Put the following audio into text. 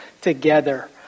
together